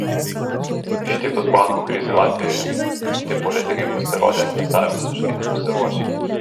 ištikus bankų krizei latvijoje rimti politikai pasirodė esą visiškai nepasiruošę